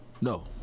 No